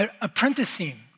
apprenticing